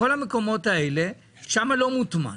כל המקומות האלה שם לא מוטמן,